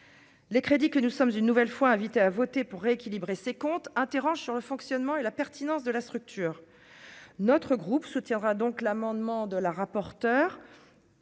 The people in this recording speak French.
Les crédits que nous sommes une nouvelle fois invité à voter pour rééquilibrer ses comptes interroges sur le fonctionnement et la pertinence de la structure notre groupe soutiendra donc l'amendement de la rapporteure